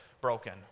broken